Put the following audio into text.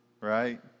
right